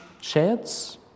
sheds